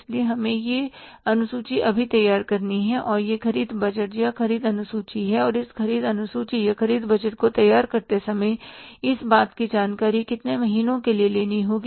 इसलिए हमें यह अनुसूची अभी तैयार करनी है और यह ख़रीद बजट या ख़रीद अनुसूची है और इस ख़रीद अनुसूची या ख़रीद बजट को तैयार करते समय इस बात की जानकारी कितने महीने के लिए लेनी होगी